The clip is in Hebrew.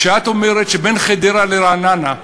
כשאת אומרת שבין חדרה לרעננה,